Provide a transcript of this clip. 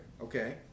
Okay